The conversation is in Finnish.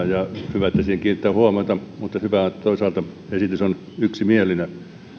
hyvä että siihen kiinnitetään huomiota mutta hyvää on toisaalta että esitys on yksimielinen